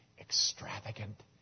extravagant